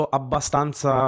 abbastanza